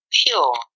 pure